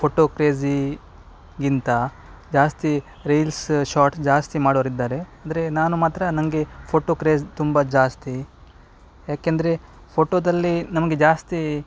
photo ಕ್ರೇಜಿಗಿಂತ ಜಾಸ್ತಿ reels short ಜಾಸ್ತಿ ಮಾಡೋರಿದ್ದಾರೆ ಅಂದರೆ ನಾನು ಮಾತ್ರ ನನಗೆ ಫೋಟೋ ಕ್ರೇಜ್ ತುಂಬ ಜಾಸ್ತಿ ಯಾಕೆಂದರೆ ಫೋಟೋದಲ್ಲಿ ನಮಗೆ ಜಾಸ್ತಿ